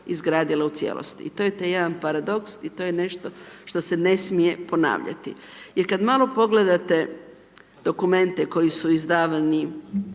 izgradila u cijelosti. I to je taj jedan paradoks i to je nešto što se ne smije ponavljati. Jer kada malo pogledate dokumente koji su izdavani,